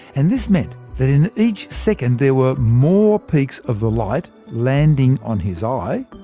and this meant that, in each second, there were more peaks of the light landing on his eye.